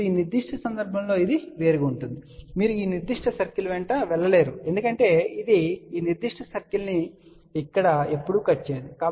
ఇప్పుడు ఈనిర్దిష్ట సందర్భంలో ఇది వేరు గా ఉంది మీరు ఈ నిర్దిష్ట సర్కిల్ వెంట వెళ్లలేరు ఎందుకంటే ఇది ఈ నిర్దిష్ట సర్కిల్ ను ఇక్కడ ఎప్పుడూ కట్ చేయదు